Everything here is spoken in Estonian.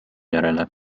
järele